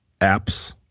apps